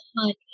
honey